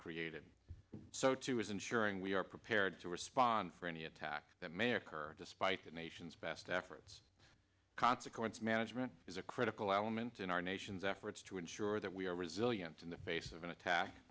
created so too is ensuring we are prepared to respond for any attack that may occur despite the nation's best efforts consequence management is a critical element in our nation's efforts to ensure that we are resilient in the face of an attack